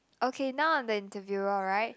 okay now I'm the interviewer all right